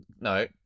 no